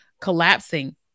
collapsing